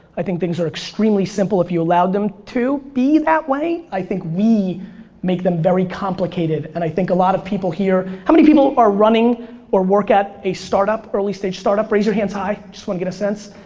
i think things are extremely simple if you allow them to be that way. i think we make them very complicated, and i think a lot of people here, how many people are running or work at a startup, early stage startup? raise your hands high, i just wanna get a sense.